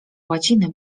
łaciny